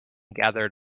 gathered